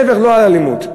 להפך, לא על אלימות.